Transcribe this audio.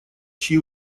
чьи